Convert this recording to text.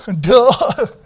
Duh